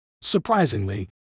Surprisingly